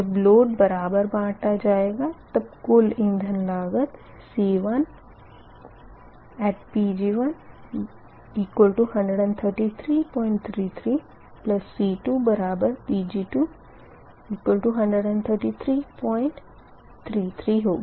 जब लोड बराबर बाँटा जाएगा तब कुल इंधन लागत C1Pg113333C2Pg213333 होगी